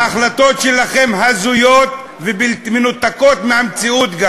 ההחלטות שלכם הזויות ומנותקות מהמציאות.